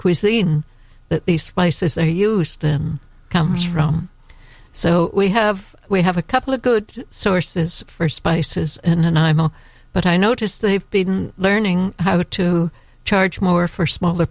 cuisine that these spices are used in comes from so we have we have a couple of good sources for spices and imo but i notice they've been learning how to charge more for smaller